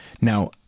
Now